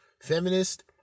Feminist